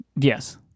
Yes